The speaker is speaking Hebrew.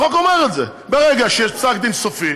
החוק אומר את זה, ברגע שיש פסק דין סופי,